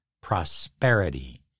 prosperity